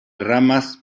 ramas